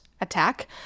attack